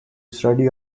study